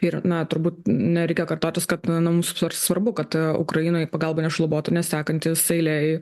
ir na turbūt nereikia kartotis kad na mums sva svarbu kad ukrainoj pagalba nešlubotų nes sekantis eilėj